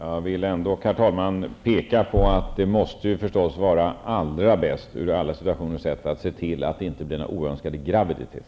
Herr talman! Jag vill ändå påpeka att det förstås måste vara allra bäst i alla situationer att se till att det inte blir någon oönskad graviditet.